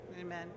Amen